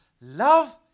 love